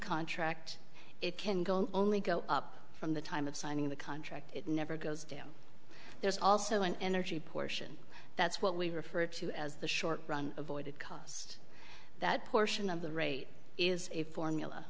contract it can go only go up from the time of signing the contract it never goes down there's also an energy portion that's what we refer to as the short run avoided cost that portion of the rate is a formula